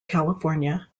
california